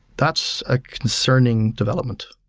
that's a concerning development.